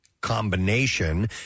combination